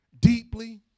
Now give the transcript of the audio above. deeply